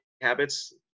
habits